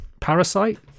Parasite